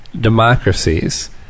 democracies